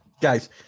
Guys